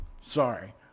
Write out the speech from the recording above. Sorry